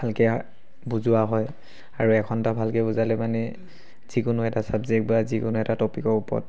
ভালকৈ বুজোৱা হয় আৰু এঘণ্টা ভালকৈ বুজালে মানে যিকোনো এটা ছাবজেক্ট বা যিকোনো এটা টপিক ওপৰত